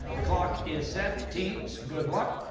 but the clock is set. teams, good luck.